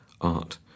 art